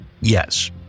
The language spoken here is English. Yes